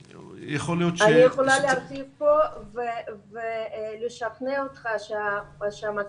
אני יכולה להרחיב פה ולשכנע אותך שהמצב